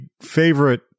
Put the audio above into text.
favorite